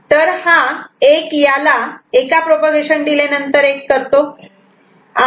तर हा एक याला एका प्रोपागेशन डिले नंतर 1 करतो